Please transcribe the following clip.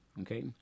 Okay